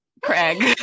Craig